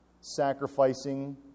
Sacrificing